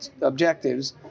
objectives